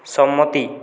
সম্মতি